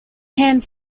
hand